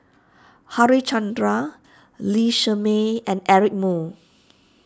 Harichandra Lee Shermay and Eric Moo